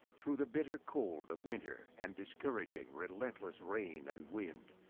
through the bitter cold of winter and discouraging relentless rain and wind,